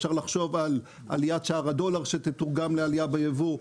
אפשר לחשוב על עליית שער הדולר שתתורגם לעלייה ביבוא,